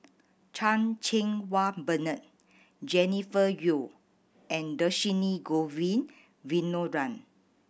Chan Cheng Wah Bernard Jennifer Yeo and Dhershini Govin Winodan